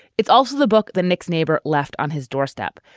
it's also the book the next neighbor left on his doorstep,